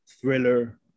thriller